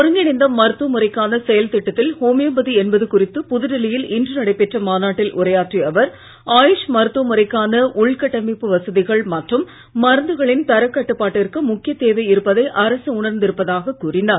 ஒருங்கிணைந்த மருத்துவ முறைக்கான செயல் திட்டத்தில் ஓமியோபதி என்பது குறித்து புதுடெல்லியில் இன்று நடைபெற்ற ஆயுஷ் மருத்துவமுறைகளுக்கான உள்கட்டமைப்பு வசதிகள் மற்றும் மருந்துகளின் தரக் கட்டுப்பாட்டிற்கு முக்கிய தேவை இருப்பதை அரசு உணர்ந்து இருப்பதாக கூறினார்